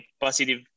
positive